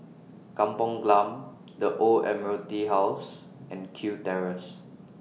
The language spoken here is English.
Kampong Glam The Old Admiralty House and Kew Terrace